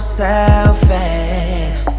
selfish